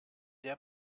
der